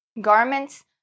garments